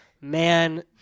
man